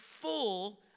full